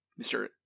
Mr